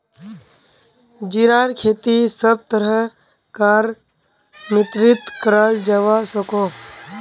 जीरार खेती सब तरह कार मित्तित कराल जवा सकोह